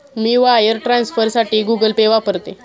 मी wire ट्रान्सफरसाठी Google Pay वापरते